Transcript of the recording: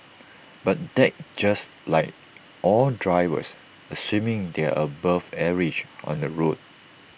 but that's just like all drivers assuming they are above average on the road